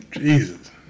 Jesus